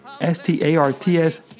S-T-A-R-T-S